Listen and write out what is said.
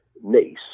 niece